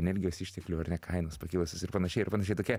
energijos išteklių ar ne kainos pakilusios ir panašiai ir panašiai tokia